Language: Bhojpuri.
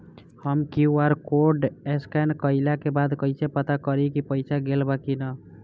हम क्यू.आर कोड स्कैन कइला के बाद कइसे पता करि की पईसा गेल बा की न?